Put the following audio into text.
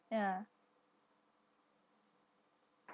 ya